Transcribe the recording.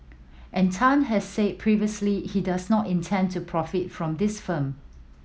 and Tan has said previously he does not intend to profit from this film